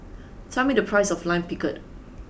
tell me the price of Lime Pickle